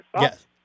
Yes